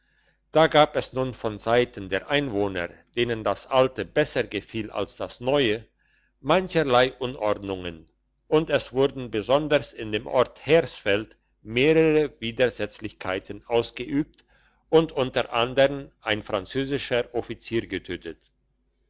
da gab es nun von seiten der einwohner denen das alte besser gefiel als das neue mancherlei unordnungen und es wurden besonders in dem ort hersfeld mehrere widersetzlichkeiten ausgeübt und unter andern ein französischer offizier getötet